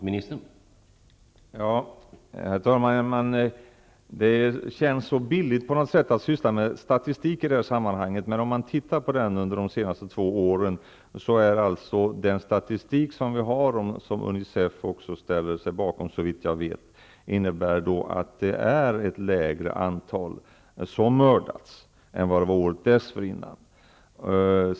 Herr talman! Det känns så billigt att syssla med statistik i det här sammanhanget, men om man tittar på den statisktik som vi har -- och som också UNICEF ställer sig bakom, såvitt jag vet -- för de senaste två åren, innebär den att ett lägre antal har mördats under den tiden än året dessförinnan.